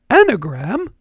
anagram